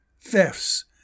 thefts